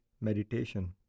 Meditation